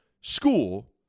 school